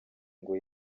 ngo